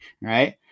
Right